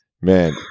Man